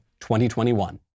2021